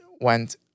went